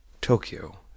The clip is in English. Tokyo